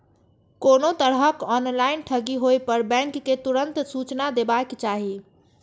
कोनो तरहक ऑनलाइन ठगी होय पर बैंक कें तुरंत सूचना देबाक चाही